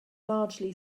largely